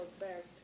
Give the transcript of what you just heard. back